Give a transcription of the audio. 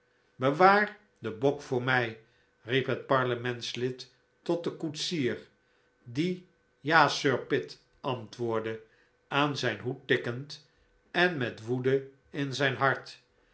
bewaar den bok voor mij riep het parlementslid tot den koetsier die ja sir pitt antwoordde aan zijn hoed tikkend en met woede in zijn hart